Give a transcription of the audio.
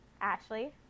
Ashley